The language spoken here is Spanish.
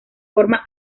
forma